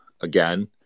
again